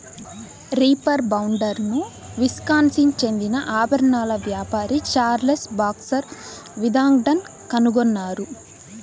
reaper బైండర్ను Wisconsin చెందిన ఆభరణాల వ్యాపారి చార్లెస్ బాక్స్టర్ విథింగ్టన్ కనుగొన్నారు